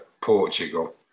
Portugal